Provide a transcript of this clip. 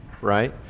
right